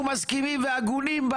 נניח ומגיעים לך 100 שקלים,